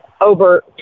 over